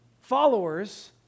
followers